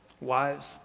wives